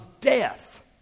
death